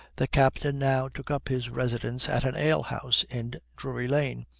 the captain now took up his residence at an ale-house in drury-lane,